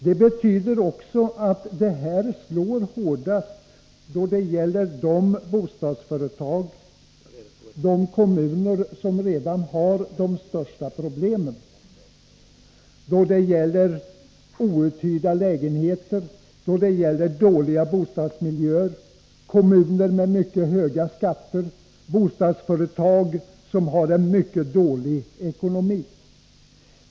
Det betyder också att det slår hårdast mot de bostadsföretag och de kommuner som redan har de största problemen med outhyrda lägenheter och dåliga bostadsmiljöer, kommuner med mycket hög skatt, bostadsföretag som har en mycket dålig ekonomi.